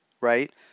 right